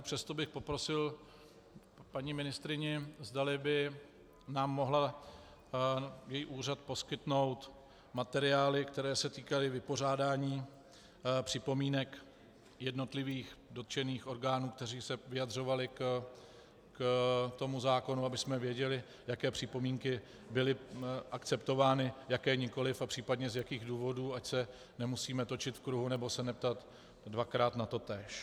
Přesto bych poprosil paní ministryni, zda by nám mohla, její úřad, poskytnout materiály, které se týkaly vypořádání připomínek jednotlivých dotčených orgánů, které se vyjadřovaly k tomu zákonu, abychom věděli, jaké připomínky byly akceptovány, jaké nikoliv a případně z jakých důvodů, ať se nemusíme točit v kruhu nebo se neptat dvakrát na totéž.